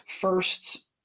firsts